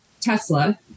Tesla